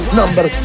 number